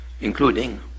including